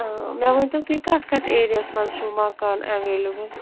آ مےٚ ؤنۍتو تُہۍ کَتھ کَتھ ایریاہَس منٛز چھُو مَکان اٮ۪ویلیبٕل